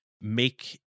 make